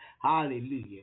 Hallelujah